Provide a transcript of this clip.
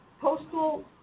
Postal